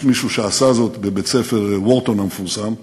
יש מישהו שעשה זאת בבית-ספר וורטון המפורסם,